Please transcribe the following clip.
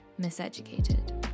miseducated